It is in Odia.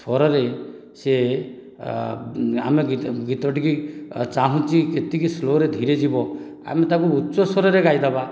ସ୍ୱରରେ ସିଏ ଆମେ ଗୀତ ଗୀତଟିକି ଚାହୁଁଛି କେତିକି ସ୍ଲୋ'ରେ ଧୀରେ ଯିବ ଆମେ ତାକୁ ଉଚ୍ଚ ସ୍ୱରରେ ଗାଇଦେବା